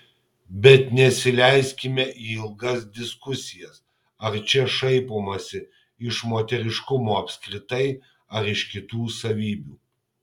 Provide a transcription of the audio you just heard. bet nesileiskime į ilgas diskusijas ar čia šaipomasi iš moteriškumo apskritai ar iš kitų savybių